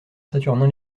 saturnin